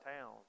town